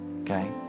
okay